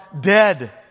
dead